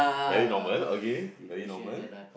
very normal okay very normal